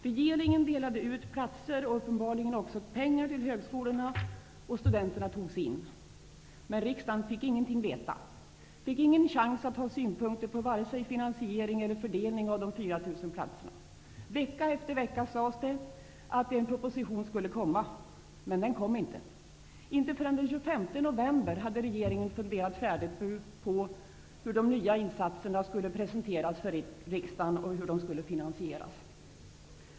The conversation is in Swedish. Regeringen delade ut platser och uppenbarligen också pengar till högskolorna, och studenterna togs in. Men riksdagen fick ingenting veta, fick ingen chans att ha synpunkter på vare sig finansieringen eller fördelningen av dessa 4 000 platser. Vecka efter vecka sades det att en proposition skulle komma. Men den kom inte. Inte förrän den 25 november hade regeringen funderat färdigt på hur de nya insatserna skulle presenteras för riksdagen och hur de skulle finansieras.